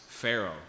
pharaoh